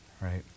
right